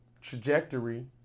trajectory